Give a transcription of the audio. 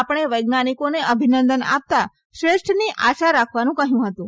તેમણે વૈજ્ઞાનિકોને અભિનંદન આપતા શ્રેષ્ઠની આશા રાખવાનું કહયું હતું